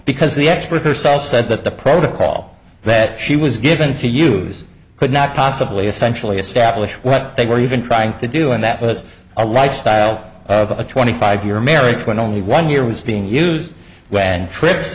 because the expert herself said that the protocol that she was given to use could not possibly essentially establish what they were even trying to do and that was a lifestyle of a twenty five year marriage when only one year was being used when trips